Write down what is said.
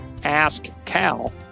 AskCal